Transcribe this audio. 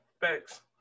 thanks